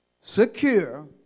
Secure